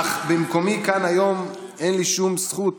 אך ממקומי כאן היום אין לי שום זכות